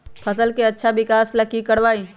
फसल के अच्छा विकास ला की करवाई?